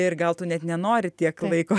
ir gal tu net nenori tiek laiko